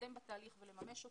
להתקדם בתהליך ולממש אותו.